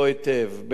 בין היתר,